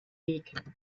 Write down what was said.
weg